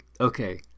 Okay